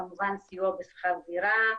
כמובן סיוע בשכר דירה.